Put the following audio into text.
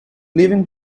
leaving